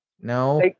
no